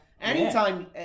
anytime